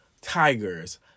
tigers